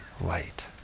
light